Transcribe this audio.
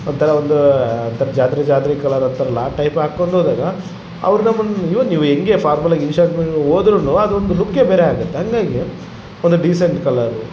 ಒಂಥರ ಒಂದು ಒಂಥರ ಜಾತ್ರೆ ಜಾತ್ರೆ ಕಲರ್ ಅಂಥಾರಲ ಆ ಟೈಪಲ್ಲಿ ಹಾಕೊಂದ್ ಹೋದಾಗ ಅವ್ರು ನಮ್ಮನ್ನು ಇವನ್ ನೀವು ಹೆಂಗೆ ಫಾರ್ಮುಲಗಿ ಇನ್ಶರ್ಟ್ನ ಹೋದ್ರು ಅದೊಂದು ಲುಕ್ಕೇ ಬೇರೆ ಆಗುತ್ತೆ ಹಂಗಾಗಿ ಒಂದು ಡೀಸೆಂಟ್ ಕಲರು